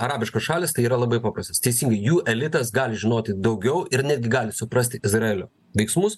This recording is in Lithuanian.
arabiškos šalys tai yra labai paprastas teisingai jų elitas gali žinoti daugiau ir netgi gali suprasti izraelio veiksmus